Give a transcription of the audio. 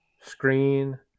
Screen